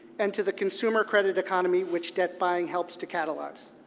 and to the consumer credit economy which debt buying helps to catalyze.